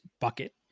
bucket